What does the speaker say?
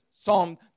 Psalm